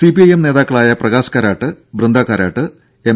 CPIM നേതാക്കളായ Prakash Karat Brinda Karat M